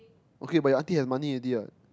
okay but your auntie has money already what